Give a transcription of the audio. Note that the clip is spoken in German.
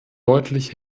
deutlich